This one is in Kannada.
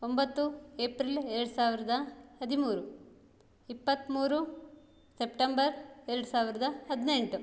ಒಂಬತ್ತು ಏಪ್ರಿಲ್ ಎರಡು ಸಾವಿರದ ಹದಿಮೂರು ಇಪ್ಪತ್ಮೂರು ಸೆಪ್ಟೆಂಬರ್ ಎರಡು ಸಾವಿರದ ಹದಿನೆಂಟು